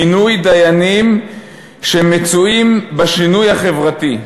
מינוי דיינים שמצויים בשינוי החברתי.